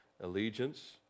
allegiance